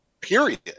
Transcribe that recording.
period